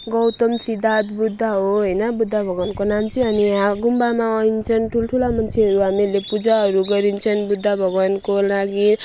गौतम सिद्धार्थ बुद्ध हो होइन बुद्ध भगवानको नाम चाहिँ अनि यहाँ गुम्बामा आइन्छ ठुल्ठुला मान्छेहरू हामीहरूले पूजाहरू गरिन्छन् बुद्ध भगवानको लागि